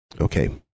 Okay